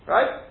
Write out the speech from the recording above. Right